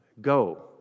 Go